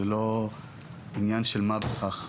זה לא עניין של מה בכך,